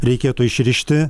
reikėtų išrišti